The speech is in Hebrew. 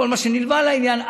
כל מה שנלווה לעניין,